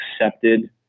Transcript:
accepted